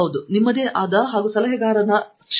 ದೇಶಪಾಂಡೆ ಹೌದು ನಿಮ್ಮದೇ ಆದ ಹಾಗೂ ಸಲಹೆಗಾರನ ಶೈಲಿಯೂ ಇದೆ